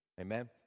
Amen